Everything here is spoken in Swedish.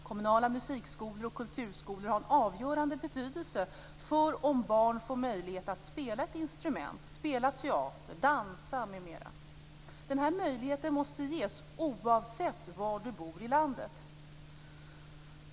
Kommunala musikskolor och kulturskolor har en avgörande betydelse för om barn får möjlighet att spela ett instrument, spela teater, dansa, m.m. Denna möjlighet måste ges oavsett var de bor i landet.